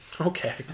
Okay